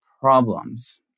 problems